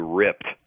ripped